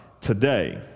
today